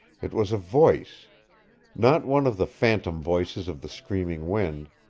it was a voice not one of the phantom voices of the screaming wind,